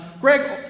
Greg